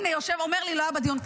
הינה, יושב ואומר לי, לא היה בדיון.